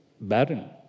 barren